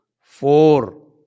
Four